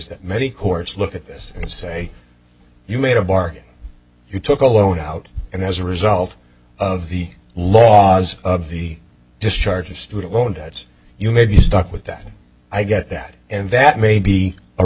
that many courts look at this and say you made a bargain you took a loan out and as a result of the laws of the discharge of student loan debts you may be stuck with that i get that and that may be a